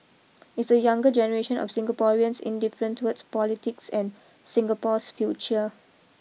is the younger generation of Singaporeans indifferent towards politics and Singapore's future